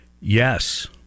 Yes